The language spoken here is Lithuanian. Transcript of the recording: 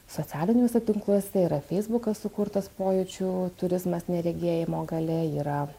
socialiniuose tinkluose yra feisbukas sukurtas pojūčių turizmas neregėjimo galia yra